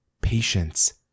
Patience